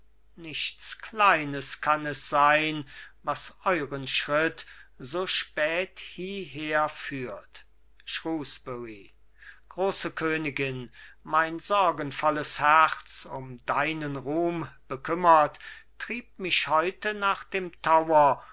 nichts kleines kann es sein was euren schritt so spät hieherführt shrewsbury große königin mein sorgenvolles herz um deinen ruhm bekümmert trieb mich heute nach dem tower